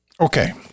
Okay